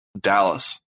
Dallas